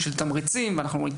כמו תמריצים ועוד,